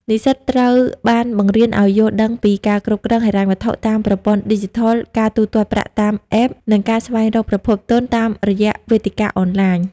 និស្សិតត្រូវបានបង្រៀនឱ្យយល់ដឹងពីការគ្រប់គ្រងហិរញ្ញវត្ថុតាមប្រព័ន្ធឌីជីថល ការទូទាត់ប្រាក់តាម App និងការស្វែងរកប្រភពទុនតាមរយៈវេទិកាអនឡាញ។